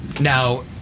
Now